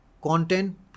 content